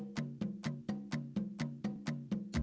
do